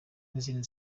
n’izindi